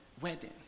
wedding